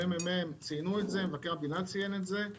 המ.מ.מ ומבקר המדינה ציינו את זה.